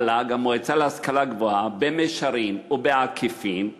המל"ג, המועצה להשכלה גבוהה, במישרין ובעקיפין,